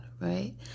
right